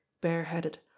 bareheaded